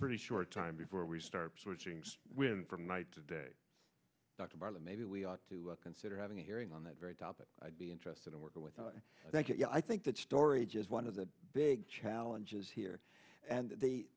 pretty short time before we start switching when from night to day dr marley maybe we ought to consider having a hearing on that very topic i'd be interested in working with that you know i think that storage is one of the big challenges here and the